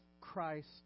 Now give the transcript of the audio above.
Christ